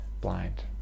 blind